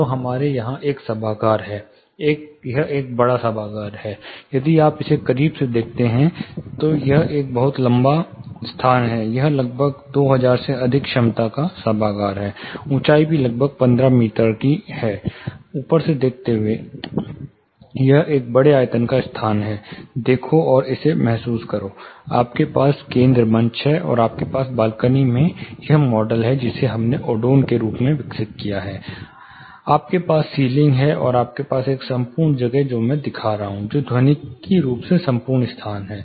तो हमारे यहां एक सभागार है यह एक बड़ा सभागार है यदि आप इसे करीब से देखते हैं और यह एक बहुत लंबा स्थान है यह लगभग 2000 से अधिक क्षमता का सभागार है ऊँचाई भी लगभग 15 मीटर प्लस ऊँचाई है ऊपर से देखते हुए एक बड़े आयतन का स्थान देखो और इसे महसूस करो आपके पास केंद्र मंच है और आपके पास बालकनी है यह वह मॉडल है जिसे हमने ओडोन में विकसित किया था आपके पास सीलिंग है और मैं आपको एक संपूर्ण जगह दिखा रहा हूं जो ध्वनिक रूप से संपूर्ण स्थान है